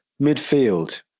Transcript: midfield